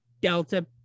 Delta